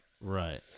right